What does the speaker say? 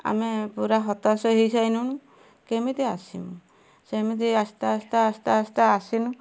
ଆମେ ପୁରା ହତାଶ ହେଇସାଇଣୁନୁ କେମିତି ଆସିମୁ ସେମିତି ଆସ୍ତେ ଆସ୍ତେ ଆସ୍ତେ ଆସ୍ତେ ଆସିନୁ